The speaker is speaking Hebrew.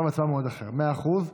מאה אחוז.